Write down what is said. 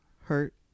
hurt